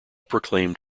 proclaimed